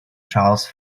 charles